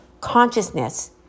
consciousness